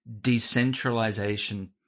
Decentralization